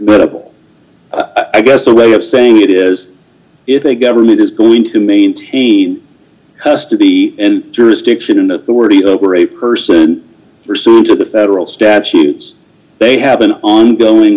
medical i guess the way of saying it is if a government is going to maintain has to be and jurisdiction in authority over a person pursuant to the federal statutes they have an ongoing